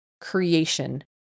creation